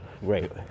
Great